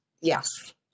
Yes